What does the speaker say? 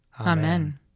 Amen